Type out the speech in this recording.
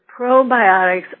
probiotics